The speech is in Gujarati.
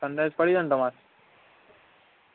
સનરાઈઝ પડી છે ને તમારે